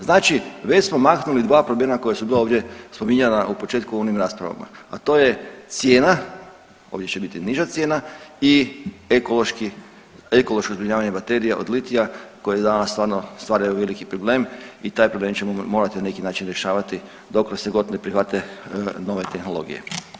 Znači već smo maknuli dva problema koja su bila ovdje spominjana u početku u onim raspravama, a to je cijena, ovdje će biti niža cijena i ekološko zbrinjavanje baterija od litija koji danas stvarno stvaraju veliki problem i taj problem ćemo morati na neki način rješavati dokle se god ne prihvate nove tehnologije.